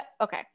Okay